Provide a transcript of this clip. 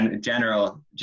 general